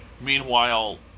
Meanwhile